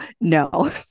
no